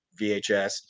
VHS